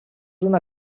una